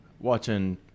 watching